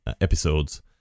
episodes